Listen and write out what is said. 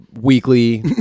weekly